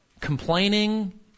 Complaining